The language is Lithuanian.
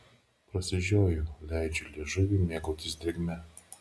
prasižioju leidžiu liežuviui mėgautis drėgme